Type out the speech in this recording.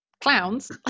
Clowns